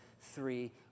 three